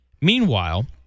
Meanwhile